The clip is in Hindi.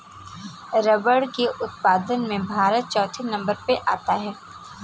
रबर के उत्पादन में भारत चौथे नंबर पर आता है